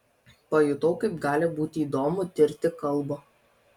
pajutau kaip gali būti įdomu tirti kalbą